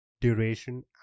duration